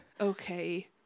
okay